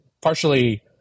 partially